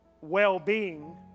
well-being